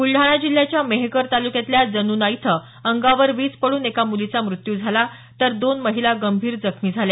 बुलडाणा जिल्ह्याच्या मेहकर तालुक्यातल्या जनुना इथं अंगावर वीज पडून एका मुलीचा मृत्यू झाला तर दोन महिला गंभीर जखमी झाल्या